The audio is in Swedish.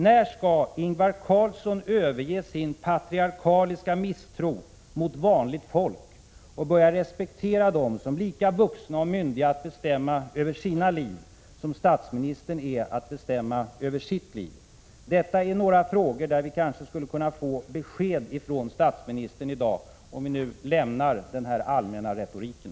När skall Ingvar Carlsson överge sin patriarkaliska misstro mot vanliga människor och börja respektera dem som lika vuxna och myndiga att bestämma över sina liv som statsministern är att bestämma över sitt liv? Detta är några frågor där vi kanske skulle kunna få besked från statsministern i dag, om vi nu lämnar den allmänna retoriken.